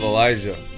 Elijah